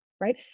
Right